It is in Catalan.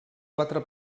quatre